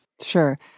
Sure